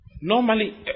Normally